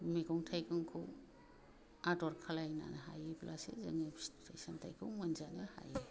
मैगं थाइगंखौ आदर खालायनो हायोब्लासो जोङो फिथाइ सामथाइखौ मोनजानो हायो